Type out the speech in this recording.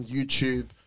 YouTube